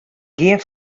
gjin